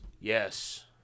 Yes